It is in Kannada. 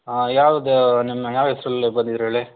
ಹಾಂ ಯಾವ್ದು ನಿಮ್ಮ ಯಾವ ಹೆಸರಲ್ಲಿ ಬಂದಿದ್ರೇಳಿ